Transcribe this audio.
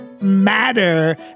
matter